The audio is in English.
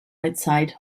outside